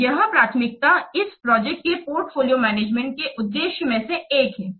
तो यह प्राथमिकता इस प्रोजेक्ट के पोर्टफोलियो मैनेजमेंट के उद्देश्य में से एक है